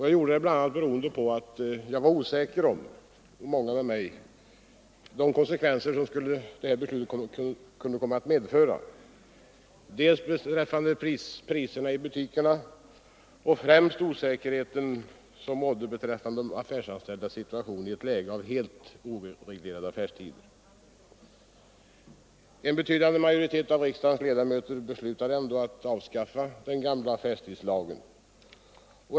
Jag gjorde det bl.a. beroende på att jag i likhet med många andra var osäker om de konsekvenser detta beslut kunde komma att medföra dels beträffande priserna i butikerna, dels beträffande de affärsanställdas situation i ett läge med helt oreglerad affärstid. En betydande majoritet av riksdagens ledamöter beslöt ändå att avskaffa den gamla affärstidslagen.